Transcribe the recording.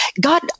God